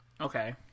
Okay